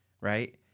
right